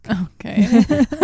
Okay